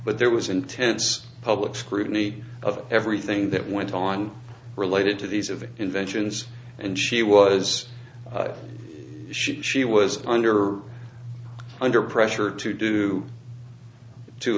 but there was intense public scrutiny of everything that went on related to these of inventions and she was sure she was under under pressure to do to